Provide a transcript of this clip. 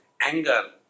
anger